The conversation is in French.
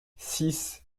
six